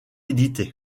édité